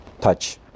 touch